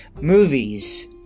movies